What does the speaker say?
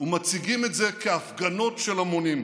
ומציגים את זה כהפגנות של המונים.